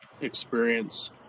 experience